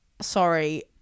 sorry